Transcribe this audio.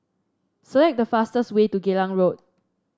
select the fastest way to Geylang Road